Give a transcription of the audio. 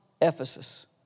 Ephesus